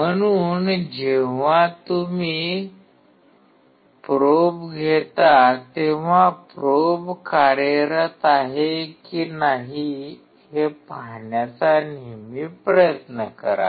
म्हणून जेव्हा तुम्ही प्रोब घेता तेव्हा प्रोब कार्यरत आहे की नाही हे पाहण्याचा नेहमी प्रयत्न करा